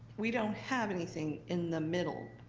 we don't have anything in the middle.